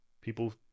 people